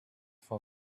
phone